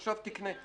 עכשיו תקנה.